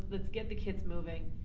let's get the kids moving.